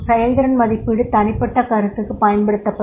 செயல்திறன் மதிப்பீடு தனிப்பட்ட கருத்துக்கு பயன்படுத்தப்படும்